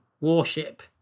warship